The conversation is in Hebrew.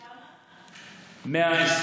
כמה?